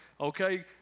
Okay